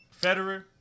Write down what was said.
Federer